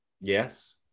Yes